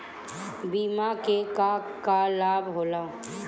बिमा के का का लाभ होला?